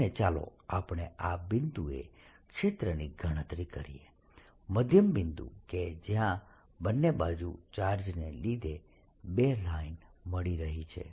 અને ચાલો આપણે આ બિંદુએ ક્ષેત્રની ગણતરી કરીએ મધ્યમ બિંદુ કે જ્યાં બંને બાજુના ચાર્જને લીધે બે લાઈન મળી રહી છે